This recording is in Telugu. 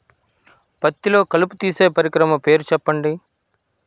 పత్తిలో కలుపు తీసే పరికరము పేరు చెప్పండి